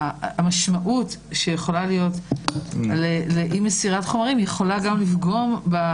המשמעות שיכולה להיות לאי מסירת חומרים יכולה גם לפגוע.